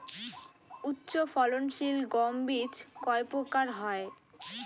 উচ্চ ফলন সিল গম বীজ কয় প্রকার হয়?